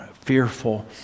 fearful